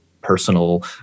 personal